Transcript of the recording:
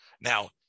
Now